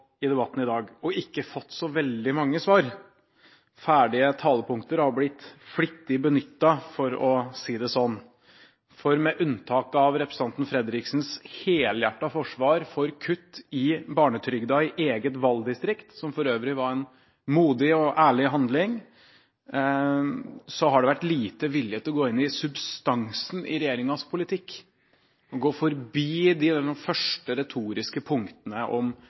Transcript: i debatten i dag og ikke fått så veldig mange svar. Ferdige talepunkter har blitt flittig benyttet for å si det sånn. For med unntak av representanten Fredriksens helhjertede forsvar for kutt i barnetrygden i eget valgdistrikt – som for øvrig var en modig og ærlig handling – har det vært lite vilje til å gå inn i substansen i regjeringens politikk, til å gå forbi de første retoriske punktene om